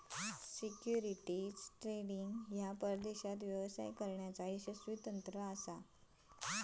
securities trading ह्या परदेशात व्यवसाय करण्याचा यशस्वी तंत्र असा